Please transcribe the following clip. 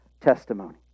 testimony